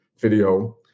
video